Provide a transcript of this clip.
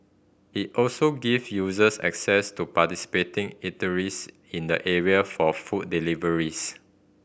it also give users access to participating eateries in the area for food deliveries